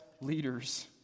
leaders